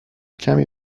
کمی